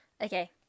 Okay